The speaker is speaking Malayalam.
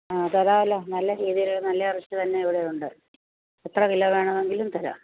ആ തരാവല്ലോ നല്ല രീതീൽ നല്ല ഇറച്ചി തന്നെ ഇവിടെയുണ്ട് എത്ര കിലോ വേണമെങ്കിലും തരാം